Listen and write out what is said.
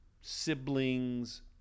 siblings